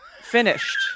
finished